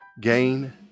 gain